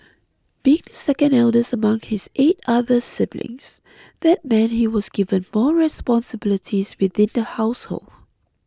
being the second eldest among his eight other siblings that meant he was given more responsibilities within the household